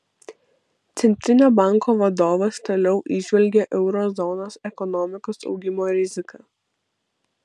centrinio banko vadovas toliau įžvelgia euro zonos ekonomikos augimo riziką